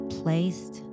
placed